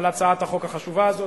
על הצעת החוק החשובה הזאת.